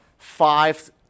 five